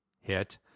hit